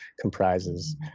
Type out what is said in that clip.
comprises